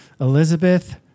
Elizabeth